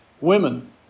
women